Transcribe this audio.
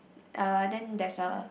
uh then there's a